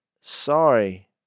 sorry